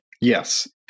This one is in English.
Yes